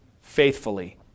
faithfully